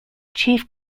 chief